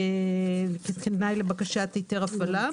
כתנאי לבקשת היתר הפעלה.